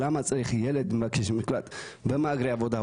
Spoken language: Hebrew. למה צריך ילד מבקש מקלט ומהגרי מקלט,